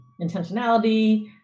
intentionality